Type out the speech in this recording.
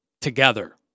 together